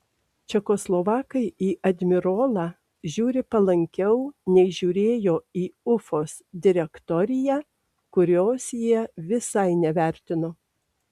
čekoslovakai į admirolą žiūri palankiau nei žiūrėjo į ufos direktoriją kurios jie visai nevertino